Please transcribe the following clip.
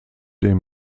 dem